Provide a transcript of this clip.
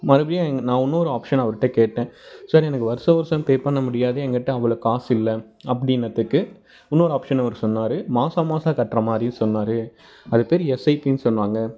மறுபடியும் நான் இன்னொரு ஆப்ஷன் அவர்கிட்ட கேட்டேன் சார் எனக்கு வருஷா வருஷம் பே பண்ண முடியாது எங்ககிட்ட அவ்வளோ காசு இல்லை அப்படின்னத்துக்கு உன்னோரு ஆப்ஷன் அவர் சொன்னார் மாதம் மாதம் கட்டுற மாதிரியும் சொன்னார் அதுப்பேர் எஸ்ஐபின்னு சொன்னாங்க